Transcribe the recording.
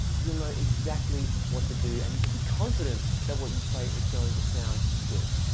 you'll know exactly what to do and you can be confident that what you play is going to sound good.